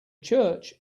church